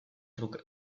truke